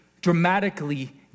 dramatically